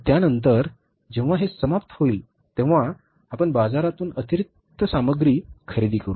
त्यानंतर जेव्हा हे समाप्त होईल तेव्हा आपण बाजारातून अतिरिक्त सामग्री खरेदी करू